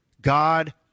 God